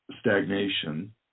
stagnation